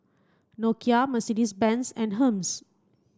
Nokia Mercedes Benz and Hermes